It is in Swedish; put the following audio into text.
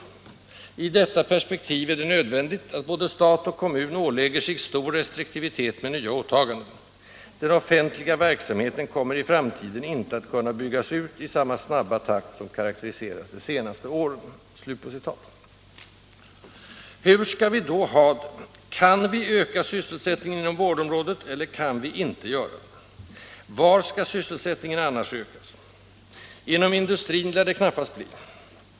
I detta perspektiv är det nödvändigt att både stat och kommun ålägger sig stor restriktivitet med nya åtaganden. Den offentliga verk Allmänpolitisk debatt Allmänpolitisk debatt samheten kommer i framtiden inte att kunna byggas ut i samma snabba takt som karakteriserat de senaste åren.” Hur skall vi då ha det? Kan vi öka sysselsättningen inom vårdområdet eller kan vi inte göra det? Var skall sysselsättningen annars ökas? Inom industrin lär det knappast bli.